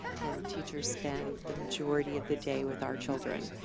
and teachers spend the majority of the day with our children.